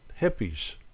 hippies